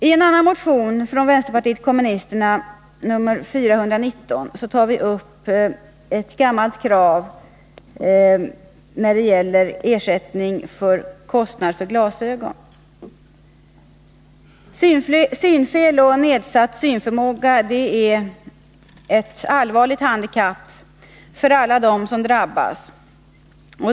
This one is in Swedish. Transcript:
I en annan motion från vänsterpartiet kommunisterna, nr 1979/80:419, tas upp ett gammalt krav som gäller ersättning för kostnad för glasögon. Synfel och nedsatt synförmåga är allvarliga handikapp för alla dem som drabbas.